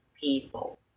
people